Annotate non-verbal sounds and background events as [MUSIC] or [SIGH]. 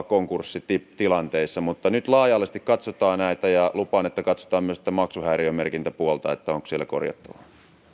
[UNINTELLIGIBLE] konkurssitilanteessa nyt laaja alaisesti katsotaan näitä ja lupaan että katsotaan myös tätä maksuhäiriömerkintäpuolta onko siellä korjattavaa